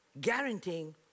guaranteeing